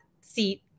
seat